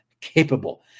capable